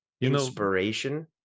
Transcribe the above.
inspiration